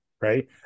right